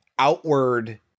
Outward